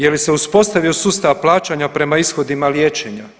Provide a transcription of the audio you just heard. Je li se uspostavio sustav plaćanja prema ishodima liječenja?